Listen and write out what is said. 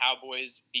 Cowboys